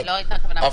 זאת לא הייתה הכוונה,